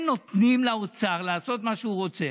הם נותנים לאוצר לעשות מה שהוא רוצה,